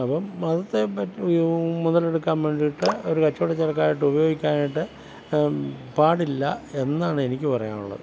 അപ്പം മതത്തെപ്പറ്റി മുതലെടുക്കാൻ വേണ്ടിയിട്ട് ഒരു കച്ചവടച്ചരക്കായിട്ട് ഉപയോഗിക്കാനായിട്ട് പാടില്ല എന്നാണ് എനിക്ക് പറയാനുള്ളത്